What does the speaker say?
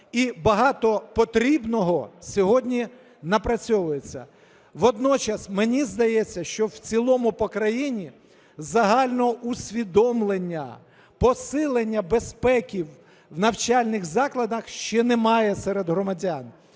і багато потрібного сьогодні напрацьовується. Водночас мені здається, що в цілому по країні загально усвідомлення посилення безпеки в навчальних закладах ще немає серед громадян,